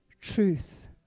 truth